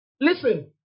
Listen